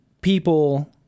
people